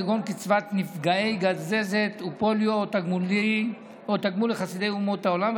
כגון קצבת נפגעי גזזת ופוליו ותגמול לחסידי אומות העולם,